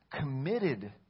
committed